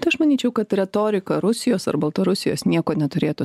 tai aš manyčiau kad retorika rusijos ar baltarusijos nieko neturėtų